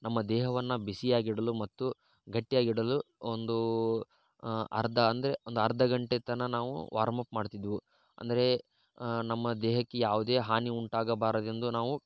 ನಮ್ಮ ದೇಹವನ್ನು ಬಿಸಿಯಾಗಿಡಲು ಮತ್ತು ಗಟ್ಟಿಯಾಗಿಡಲು ಒಂದು ಅರ್ಧ ಅಂದರೆ ಒಂದು ಅರ್ಧ ಗಂಟೆ ತನಕ ನಾವು ವಾರ್ಮ್ ಅಪ್ ಮಾಡ್ತಿದ್ವು ಅಂದರೆ ನಮ್ಮ ದೇಹಕ್ಕೆ ಯಾವುದೇ ಹಾನಿ ಉಂಟಾಗಬಾರದೆಂದು ನಾವು